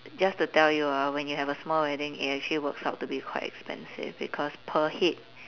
just to tell you ah when you have a small wedding it actually works out to be quite expensive because per head